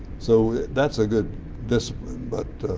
so, that's a good discipline, but,